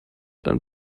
and